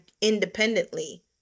independently